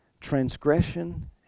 transgression